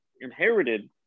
inherited